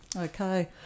Okay